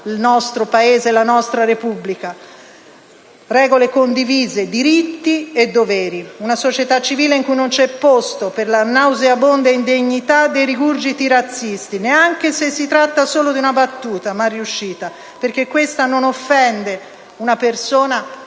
il nostro Paese e la nostra Repubblica. Regole condivise, diritti e doveri. Una società civile in cui non c'è posto per la nauseabonda indegnità dei rigurgiti razzisti, neanche se si tratta solo di una battuta mal riuscita, perché questa non offende una persona,